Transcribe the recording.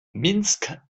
minsk